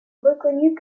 reconnue